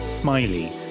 smiley